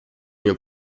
mio